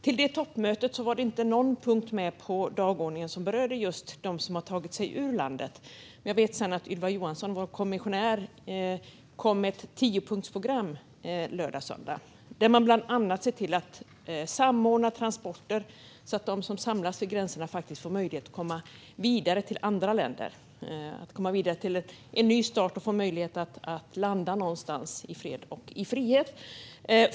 På toppmötet var det inte någon punkt på dagordningen som rörde just dem som har tagit sig ut från landet. Jag vet att Ylva Johansson som kommissionär sedan kom med ett tiopunktsprogram om att bland annat samordna transporter, så att de som samlas vid gränserna faktiskt får möjlighet att komma vidare till andra länder, att komma vidare till en ny start och få möjlighet att landa någonstans i fred och frihet.